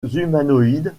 humanoïdes